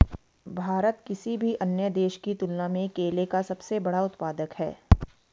भारत किसी भी अन्य देश की तुलना में केले का सबसे बड़ा उत्पादक है